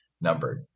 numbered